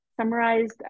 summarized